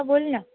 हो बोल ना